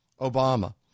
Obama